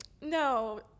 no